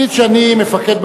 נניח שאני מפקד בצבא,